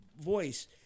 voice